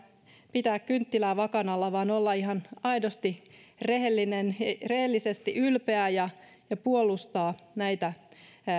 pitää kynttilää vakan alla vaan olla ihan aidosti rehellisesti ylpeä ja ja puolustaa näitä